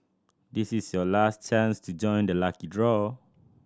this is your last chance to join the lucky draw